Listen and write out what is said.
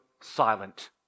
silent